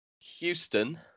Houston